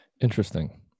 Interesting